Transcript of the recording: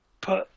put